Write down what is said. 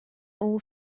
all